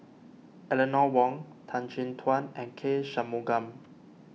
Eleanor Wong Tan Chin Tuan and K Shanmugam